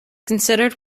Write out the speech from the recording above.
considered